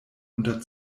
unter